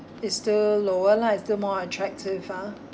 it's still lower lah it's still more attractive ah